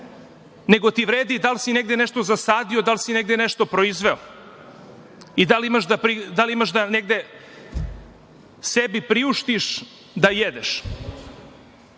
nego ti vredi da li si negde nešto zasadio, da li negde nešto proizveo i da li imaš da sebi priuštiš da jedeš. Negde